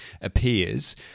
appears